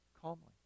calmly